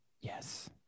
Yes